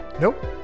Nope